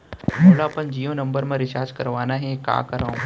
मोला अपन जियो नंबर म रिचार्ज करवाना हे, का करव?